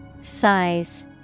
Size